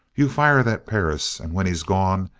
you fire that perris, and when he's gone,